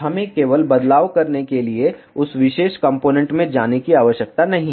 हमें केवल बदलाव करने के लिए उस विशेष कॉम्पोनेन्ट में जाने की आवश्यकता नहीं है